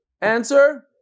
Answer